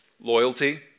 Loyalty